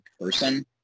person